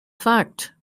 fact